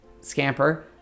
Scamper